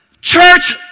Church